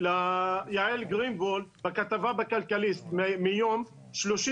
ליעל גרינוולד בעניין כתבה בכלכליסט מיום 30